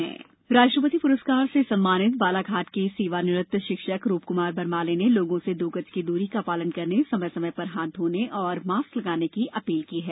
जन आंदोलन राष्ट्रपति पुरस्कार से सम्मानित बालाघाट के सेवा निवृत शिक्षक रूप कुमार बरमाले ने लोगों से दो गज की दूरी का पालन करने समय समय पर हाथ धोने और मास्क लगाने की अपील की है